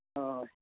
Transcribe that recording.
ᱦᱳᱭ